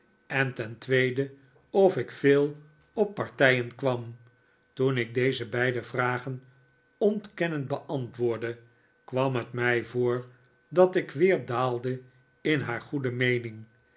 en ten tweede of ik veel op party en kwam toen ik deze beide vragen ontkennend beantwoordde kwam het mij voor dat ik weer daalde in haar goede meening